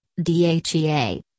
DHEA